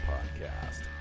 Podcast